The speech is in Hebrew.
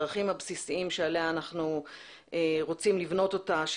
את הערכים הבסיסיים עליה אנחנו רוצים לבנות אותה,